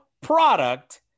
product